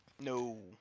No